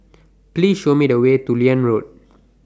Please Show Me The Way to Liane Road